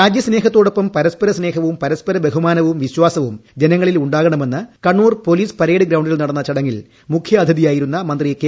രാജ്യസ്നേഹത്തോടൊപ്പം പരസ്പര സ്നേഹവും പരസ്പര ബഹുമാനവും വിശ്വാസവും ജനങ്ങളിൽ ഉണ്ടാകണമെന്ന് കണ്ണൂർ പൊലീസ് പരേഡ് ഗ്രൌണ്ടിൽ നടന്ന സ്വാതന്ത്യദിന ചടങ്ങിൽ മുഖ്യാതിഥിയായിരുന്ന മന്ത്രി കെ